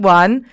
one